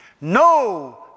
No